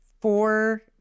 four